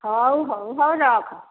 ହେଉ ହେଉ ହେଉ ରଖ